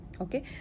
Okay